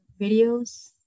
videos